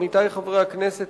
עמיתי חברי הכנסת,